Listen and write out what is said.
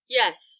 yes